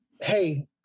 hey